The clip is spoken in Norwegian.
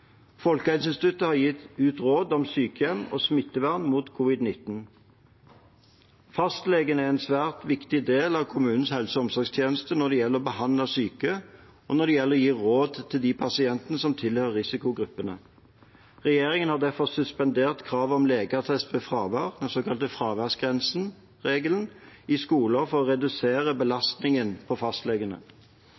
Folkehelseinstituttet har gitt råd i artikkelen «Sykehjem og smittevern mot covid-19». Fastlegene er en svært viktig del av kommunenes helse- og omsorgstjeneste når det gjelder å behandle syke, og når det gjelder å gi råd til de pasientene som tilhører risikogruppene. Regjeringen har derfor suspendert kravet om legeattestert fravær, den såkalte fraværsregelen, i skolen, for å redusere